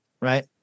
Right